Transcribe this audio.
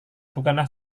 bukanlah